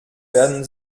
werden